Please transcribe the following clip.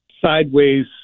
sideways